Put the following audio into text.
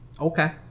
Okay